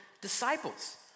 disciples